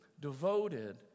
devoted